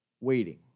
waiting